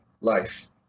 life